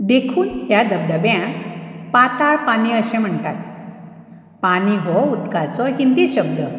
देखून ह्या धबधब्यांक पाताळ पानी अशें म्हणटात पानी हो उदकाचो हिंदी शब्द